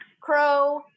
crow